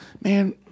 Man